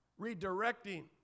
redirecting